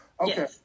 Okay